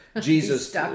Jesus